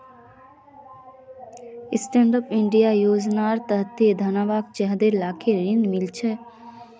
stand up India योजनार तने घनश्यामक चौदह लाखेर ऋण मिलील छ